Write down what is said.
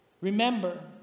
Remember